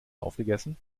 aufgegessen